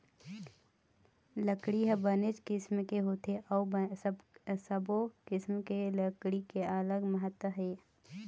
लकड़ी ह बनेच किसम के होथे अउ सब्बो किसम के लकड़ी के अलगे महत्ता हे